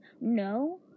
No